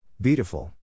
Beautiful